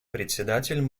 председатель